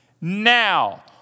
now